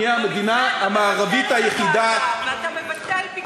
במתווה אתה מבטל את הוועדה,